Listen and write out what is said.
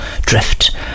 Drift